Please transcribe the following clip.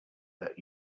that